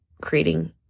creating